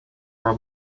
our